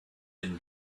hidden